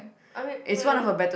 I mean meh